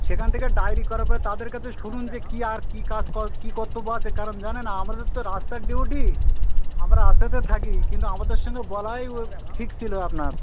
সেখান থেকে ডায়রি করার পরে তাদের কাছে শুনুন যে কি আর কি কাজ ক কী কর্তব্য আছে কারণ জানেন আমাদের তো রাস্তার ডিউটি আমরা রাস্তাতে থাকি কিন্তু আমাদের সঙ্গে বলাই উ ঠিক ছিলো আপনার